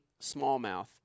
smallmouth